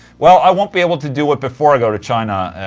well, i won't be able to do it before i go to china,